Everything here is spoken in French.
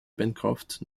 pencroff